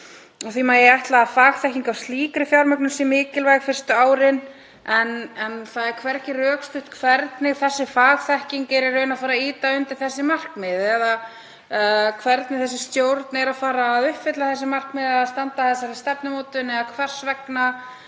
því megi ætla að fagþekking á slíkri fjármögnun sé mikilvæg fyrstu árin. En það er hvergi rökstutt hvernig þessi fagþekking á að ýta undir þessi markmið eða hvernig þessi stjórn á að uppfylla þau markmið að standa að þessari stefnumótun eða hvers vegna